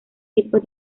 tipos